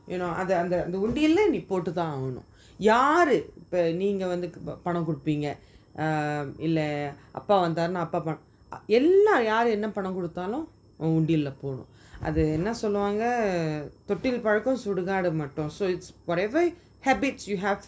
you know அது அது அது அந்த உண்டில நீ போடு தான் ஆகணும்:athu athu athu antha undila nee potu thaan aaganum uh யாரு நீங்க வந்து பணம் குடுப்பிங்க இல்ல அப்பா வந்த அப்பா பணம் குடுப்பிங்க எல்லாம் யாரு பணம் குடுத்தாலும் உண்டில தான் போடணும் தொட்டில் பழக்கம் சுடுகாடு வரைக்கும்:yaaru nenga vanthu panam kudupinga illa appa vantha appa panam kudupinga ellam yaaru panam kuduthalum undila thaan podanum thotil pazhakam sudukaadu varaikum so it's whatever habits you have